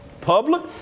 public